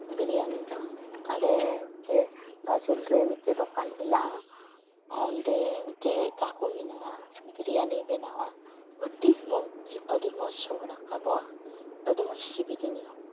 ᱵᱤᱨᱤᱭᱟᱱᱤ ᱫᱚ ᱟᱞᱮ ᱱᱚᱰᱮ ᱜᱟᱡᱚᱞ ᱨᱮ ᱢᱤᱫᱴᱮᱱ ᱫᱚᱠᱟᱱ ᱢᱮᱱᱟᱜᱼᱟ ᱚᱸᱰᱮ ᱢᱤᱫᱴᱮᱱ ᱠᱟᱠᱩ ᱢᱮᱱᱟᱭᱟ ᱵᱤᱨᱤᱭᱟᱱᱤᱭ ᱵᱮᱱᱟᱣᱟ ᱟᱹᱰᱤ ᱢᱚᱡᱽ ᱟᱹᱰᱤ ᱢᱚᱡᱽ ᱥᱚ ᱨᱟᱠᱟᱵᱚᱜᱼᱟ ᱟᱹᱰᱤ ᱢᱚᱡᱽ ᱥᱤᱵᱤᱞᱤᱧᱟᱹ